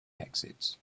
exits